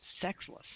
sexless